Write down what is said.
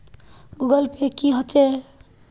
Google Pay की होचे?